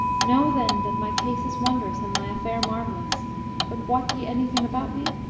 know then that my case is wondrous and my affair marvellous but wot ye anything about me